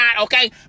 okay